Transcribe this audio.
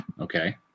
okay